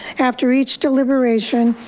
after each deliberation,